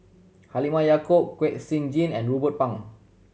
Halimah Yacob Kwek Siew Jin and Ruben Pang